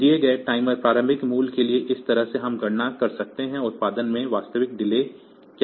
तो एक दिए गए टाइमर प्रारंभिक मूल्य के लिए इस तरह हम गणना कर सकते हैं कि उत्पादन में वास्तविक डिले क्या है